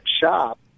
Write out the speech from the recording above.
shop